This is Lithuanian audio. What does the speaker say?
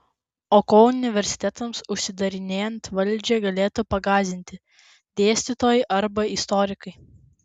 o kuo universitetams užsidarinėjant valdžią galėtų pagąsdinti dėstytojai arba istorikai